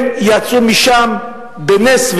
הם יצאו משם בנס,